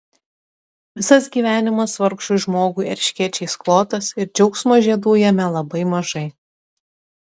visas gyvenimas vargšui žmogui erškėčiais klotas ir džiaugsmo žiedų jame labai mažai